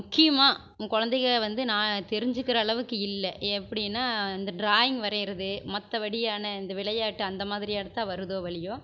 முக்கியமாக உன் கொழந்தைக வந்து நான் தெரிஞ்சுக்கிற அளவுக்கு இல்லை எப்படின்னா இந்த ட்ராயிங் வரைகிறது மற்றபடியான இந்த விளையாட்டு அந்த மாதிரி எடுத்தால் வருதோ வரலியோ